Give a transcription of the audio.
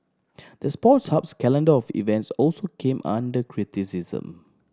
the Sports Hub's calendar of events also came under criticism